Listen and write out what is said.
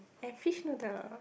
and fish noodle